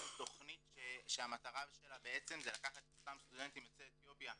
תכנית שמטרתה בעצם זה לקחת את אותם סטודנטים יוצאי אתיופיה המצטיינים,